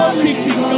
seeking